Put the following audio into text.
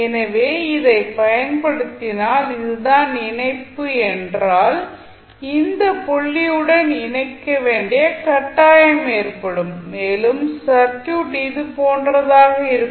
எனவே இதை பயன்படுத்தினால் இதுதான் இணைப்பு என்றால் இந்த புள்ளியுடன் இணைக்க வேண்டிய கட்டாயம் ஏற்படும் மேலும் சர்க்யூட் இது போன்றதாக இருக்கும்